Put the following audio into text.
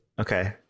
Okay